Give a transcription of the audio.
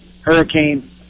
hurricane